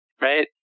right